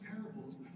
parables